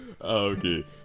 Okay